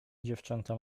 dziewczęta